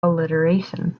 alliteration